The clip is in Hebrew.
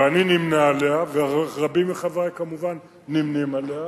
ואני נמנה עמה, ורבים מחברי כמובן נמנים עמה,